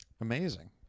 Amazing